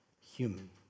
human